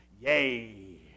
yay